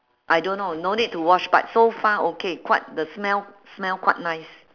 I don't know no need to wash but so far okay quite the smell smell quite nice